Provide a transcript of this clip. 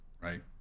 right